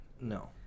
no